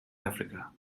africa